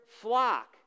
flock